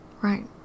Right